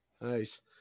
nice